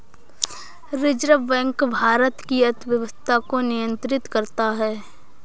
reserve Bank भारत की अर्थव्यवस्था को नियन्त्रित करता है